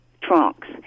trunks